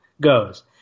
goes